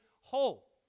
whole